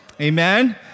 Amen